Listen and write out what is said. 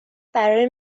برای